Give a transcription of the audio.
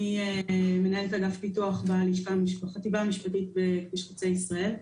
אני מנהלת אגף פיתוח בחטיבה המשפטית בכביש חוצה ישראל.